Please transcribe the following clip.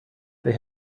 they